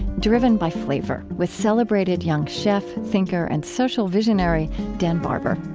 driven by flavor, with celebrated young chef, thinker, and social visionary dan barber.